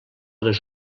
les